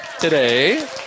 today